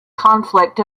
conflict